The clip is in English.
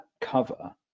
cover